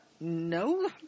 no